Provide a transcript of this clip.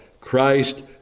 Christ